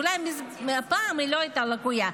אולי פעם היא לא הייתה לקויה,